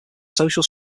social